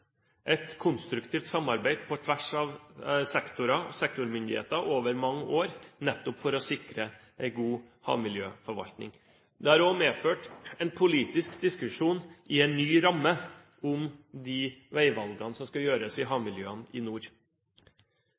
et konstruktivt samarbeid på tvers av sektormyndigheter over mange år, nettopp for å sikre en god havmiljøforvaltning. Det har også medført en politisk diskusjon i en ny ramme om de veivalgene som skal gjøres i havmiljøene i nord.